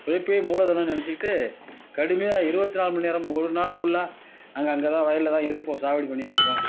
உழைப்பே மூலதனம் நினைச்சிக்கிட்டு கடுமையாக இருபத்தி நாலு மணிநேரம் ஒரு நாள் ஃபுல்லாக நாங்கள் அங்கே தான் வயலில் தான் இருப்போம் சாவடி பண்ணிட்டிருப்போம்